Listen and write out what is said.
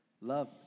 Love